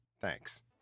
Thanks